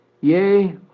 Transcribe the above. yea